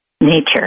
nature